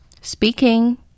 Speaking